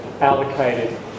allocated